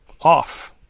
off